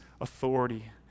authority